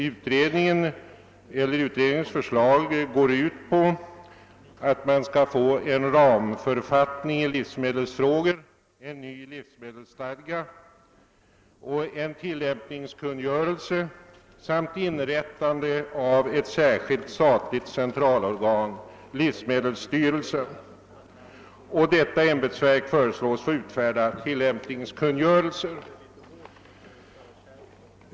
Utredningens förslag går ut på att det skall utfärdas en ramförfattning i livsmedelsfrågor, en ny livsmedelsstadga och en tillämpningskungörelse samt att det skall inrättas ett särskilt statligt centralorgan, livsmedelsstyrelsen. Detta ämbetsverk föreslås få utfärda tillämpningskungörelser.